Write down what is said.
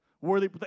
worthy